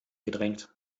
gedrängt